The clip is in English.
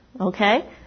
okay